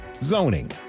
zoning